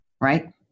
right